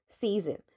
season